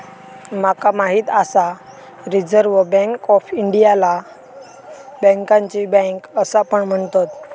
माका माहित आसा रिझर्व्ह बँक ऑफ इंडियाला बँकांची बँक असा पण म्हणतत